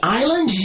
island